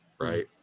right